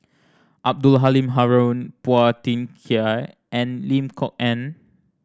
Abdul Halim Haron Phua Thin Kiay and Lim Kok Ann